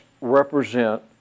represent